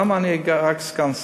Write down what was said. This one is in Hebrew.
למה אני רק סגן שר.